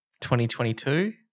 2022